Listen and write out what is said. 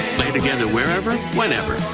play together, wherever, whenever.